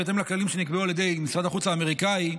בהתאם לכללים שנקבעו על ידי משרד החוץ האמריקני,